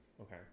okay